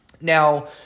Now